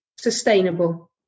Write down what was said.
sustainable